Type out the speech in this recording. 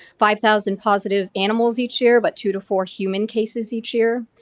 five thousand positive animals each year, but two to four human cases each year.